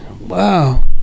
Wow